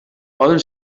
poden